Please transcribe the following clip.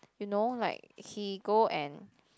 you know like he go and